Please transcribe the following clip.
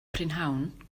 prynhawn